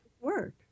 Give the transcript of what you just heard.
work